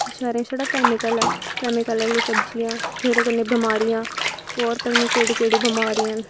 इत्थे शैह्रे च छड़ा कैमीकल ऐ कैमीकल आह्ली सब्जियां जेह्दे कन्ने बमारियां होर पता नी केह्ड़ी केह्ड़ी बमारियां न